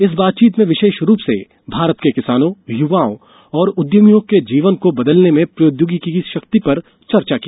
इस बातचीत में विशेष रूप से भारत के किसानों युवाओं और उद्यमियों के जीवन को बदलने में प्रौद्योगिकी की शक्ति पर चर्चा की